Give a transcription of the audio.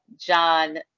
john